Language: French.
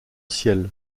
ciel